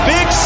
Big